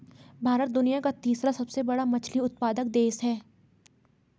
भारत दुनिया का तीसरा सबसे बड़ा मछली उत्पादक देश है